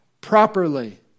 properly